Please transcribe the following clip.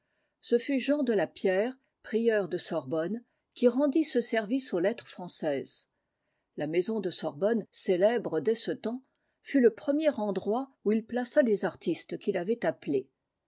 ce fut jean de la pierre prieur de sorbonne qui rendit ce service aux lettres françaises la maison de sorbonne célèbre dès ce temps fut le premier endroit où il plaça les artistes qu'il avait appelés